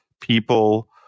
people